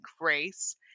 grace